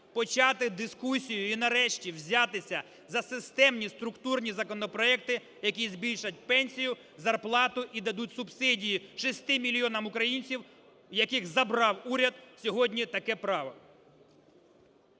почати дискусію і нарешті взятися за системні структурні законопроекти, які збільшать пенсії, зарплати і дадуть субсидії 6 мільйона українцям, в яких забрав уряд сьогодні таке право.